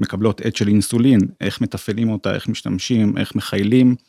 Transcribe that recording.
מקבלות עט של אינסולין, איך מתפעלים אותה, איך משתמשים, איך מכיילים.